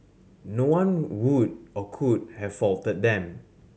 no one would or could have faulted them